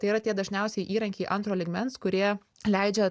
tai yra tie dažniausiai įrankiai antro lygmens kurie leidžia